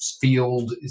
field